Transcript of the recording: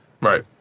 Right